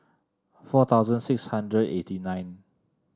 four thousand six hundred eighty nine